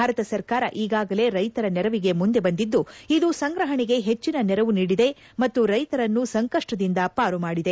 ಭಾರತ ಸರ್ಕಾರ ಈಗಾಗಲೇ ರೈತರ ನೆರವಿಗೆ ಮುಂದೆ ಬಂದಿದ್ದು ಇದು ಸಂಗ್ರಹಣೆಗೆ ಹೆಚ್ಚಿನ ನೆರವು ನೀಡಿದೆ ಮತ್ತು ರೈತರನ್ನು ಸಂಕಷ್ವದಿಂದ ಪಾರು ಮಾಡಿದೆ